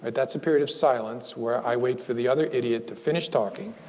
but that's a period of silence, where i wait for the other idiot to finish talking,